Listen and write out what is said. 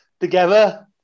Together